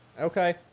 Okay